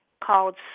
called